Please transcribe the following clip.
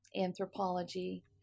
anthropology